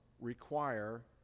require